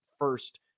first